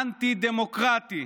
אנטי-דמוקרטי,